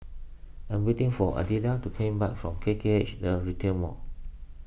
I am waiting for Adelia to come back from K K H the Retail Mall